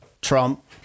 Trump